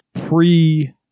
pre